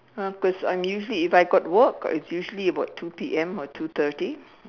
uh cause I'm usually if I got work it's usually about two P_M or two thirty